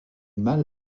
mal